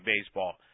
Baseball